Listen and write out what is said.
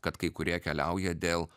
kad kai kurie keliauja dėl